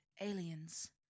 aliens